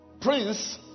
Prince